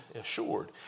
assured